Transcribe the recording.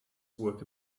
work